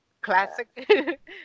Classic